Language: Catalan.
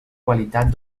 qualitat